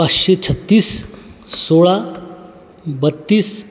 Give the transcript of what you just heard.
पाचशे छत्तीस सोळा बत्तीस